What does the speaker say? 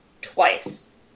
twice